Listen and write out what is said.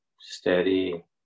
steady